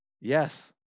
Yes